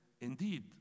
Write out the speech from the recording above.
indeed